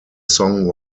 song